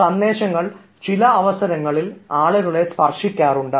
സന്ദേശങ്ങൾ ചില അവസരങ്ങളിൽ ആളുകളെ സ്പർശിക്കാറുണ്ട്